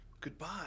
Goodbye